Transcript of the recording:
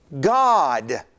God